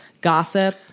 gossip